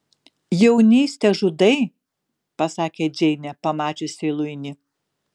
jaunystę žudai pasakė džeinė pamačiusi luinį